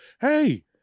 hey